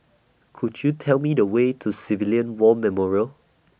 Could YOU Tell Me The Way to Civilian War Memorial